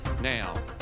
Now